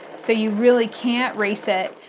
so you really can't race it.